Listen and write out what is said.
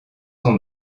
son